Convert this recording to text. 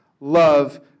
love